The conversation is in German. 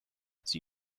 sie